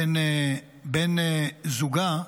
בן זוגה,